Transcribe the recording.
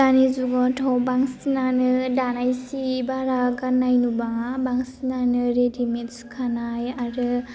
दानि जुगावथ' बांसिनानो दानाय सि बारा गान्नाय नुबाङा बांसिनानो रेडीमेड सुखानाय आरो